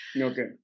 Okay